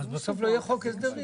בסוף לא יהיה חוק הסדרים.